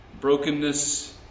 brokenness